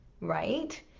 right